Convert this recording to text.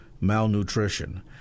malnutrition